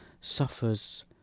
suffers